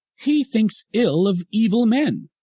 he thinks ill of evil men.